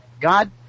God